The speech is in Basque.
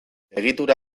egitura